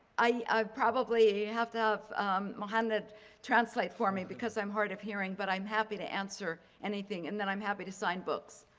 i probably have to have muhannad translate for me because i'm hard of hearing but i'm happy to answer anything and that i'm happy to sign books.